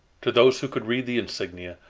to those who could read the insignia,